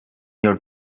your